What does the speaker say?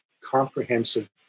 comprehensive